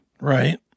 Right